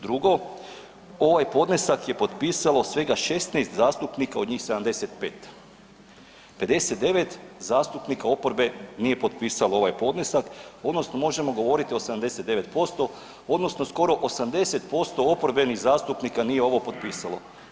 Drugo, ovaj podnesak je potpisalo svega 16 zastupnika od 75. 59 zastupnika oporbe nije potpisalo ovaj podnesak odnosno možemo govoriti o 79% odnosno skoro 80% oporbenih zastupnika nije ovo potpisalo.